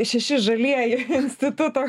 šeši žalieji instituto